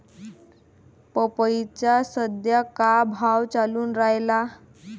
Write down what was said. पपईचा सद्या का भाव चालून रायला?